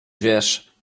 wiesz